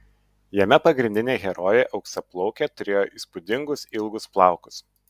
jame pagrindinė herojė auksaplaukė turėjo įspūdingus ilgus plaukus